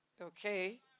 Okay